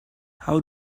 how